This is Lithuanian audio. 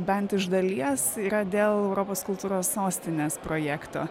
bent iš dalies yra dėl europos kultūros sostinės projekto